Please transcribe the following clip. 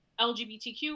LGBTQ